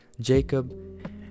Jacob